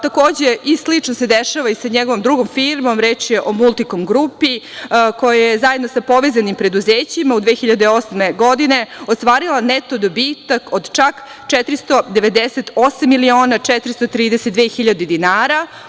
Slično se dešava i sa njegovom drugom firmom, reč je o "Multikom grupi", koja je zajedno sa povezanim preduzećima 2008. godine ostvarila neto dobitak od čak 498 miliona 432 hiljade dinara.